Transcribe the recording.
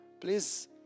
Please